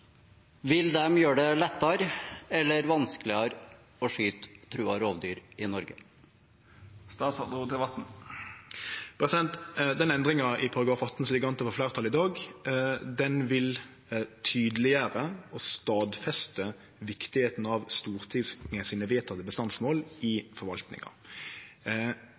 vil de gjøre det lettere eller vanskeligere å skyte truede rovdyr i Norge? Den endringa i § 18 som ligg an til å få fleirtal i dag, vil tydeleggjere og stadfeste viktigheita av Stortinget sine vedtekne bestandsmål i